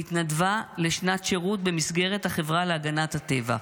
והיא התנדבה לשנת שירות במסגרת החברה להגנת הטבע.